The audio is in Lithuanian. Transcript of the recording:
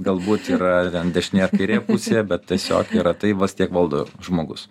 galbūt yra ten dešinė ar kairė pusė bet tiesiog yra tai vos tiek valdo žmogus